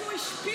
הוא הוציא